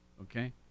Okay